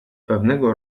pewnego